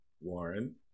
Warren